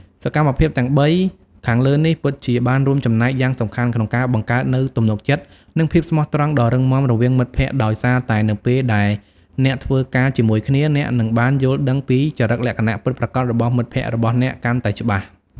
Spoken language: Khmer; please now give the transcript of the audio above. សកម្មភាពទាំងបីខាងលើនេះពិតជាបានរួមចំណែកយ៉ាងសំខាន់ក្នុងការបង្កើតនូវទំនុកចិត្ត និងភាពស្មោះត្រង់ដ៏រឹងមាំរវាងមិត្តភក្តិដោយសារតែនៅពេលដែលអ្នកធ្វើការជាមួយគ្នា អ្នកនឹងបានយល់ដឹងពីចរិតលក្ខណៈពិតប្រាកដរបស់មិត្តភក្តិរបស់អ្នកកាន់តែច្បាស់។